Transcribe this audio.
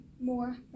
more